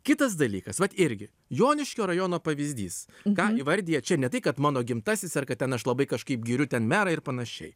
kitas dalykas vat irgi joniškio rajono pavyzdys ką įvardija čia ne tai kad mano gimtasis ar kad ten aš labai kažkaip giriu ten merą ir panašiai